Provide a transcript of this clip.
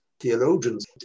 theologians